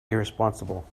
irresponsible